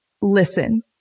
listen